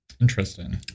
Interesting